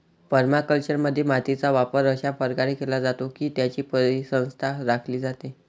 परमाकल्चरमध्ये, मातीचा वापर अशा प्रकारे केला जातो की त्याची परिसंस्था राखली जाते